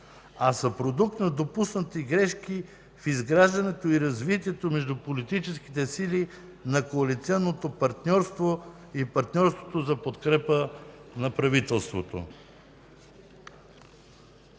а са продукт на допуснати грешки в изграждането и развитието между политическите сили на коалиционното партньорство и партньорството за подкрепа на правителството.